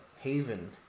haven